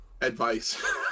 advice